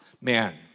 Man